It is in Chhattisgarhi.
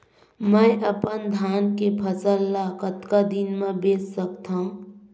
मैं अपन धान के फसल ल कतका दिन म बेच सकथो?